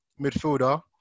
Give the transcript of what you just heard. midfielder